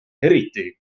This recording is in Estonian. eriti